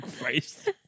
Christ